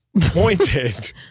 pointed